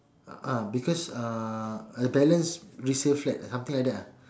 ah because uh a balance resale flat something like that lah